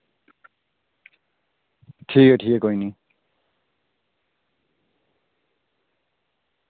ठीक ऐ ठीक ऐ कोई निं